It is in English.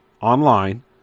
online